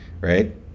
right